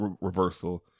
reversal